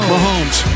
Mahomes